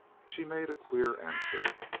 she made a queer answer.